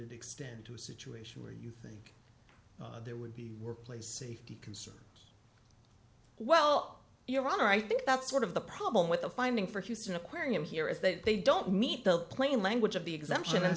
it extend to a situation where you think there would be workplace safety concerns well your honor i think that's sort of the problem with the finding for houston aquarium here is that they don't meet the plain language of the exemption